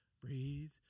breathe